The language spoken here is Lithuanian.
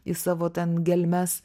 į savo ten gelmes